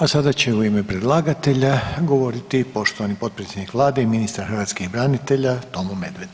A sada će u ime predlagatelja govoriti poštovani potpredsjednik Vlade i ministar hrvatskih branitelja Tomo Medved.